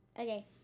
Okay